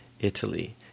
Italy